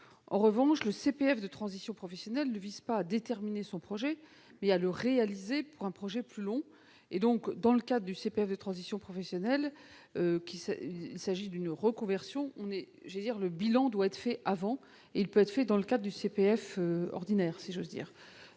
En revanche, le CPF de transition professionnelle vise non pas à déterminer un projet, mais à le réaliser en vue d'un projet plus long. Dans le cadre du CPF de transition professionnelle, donc d'une reconversion, le bilan doit être effectué avant, et peut alors être opéré dans le cadre du CPF ordinaire, si je puis dire.